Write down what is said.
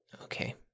Okay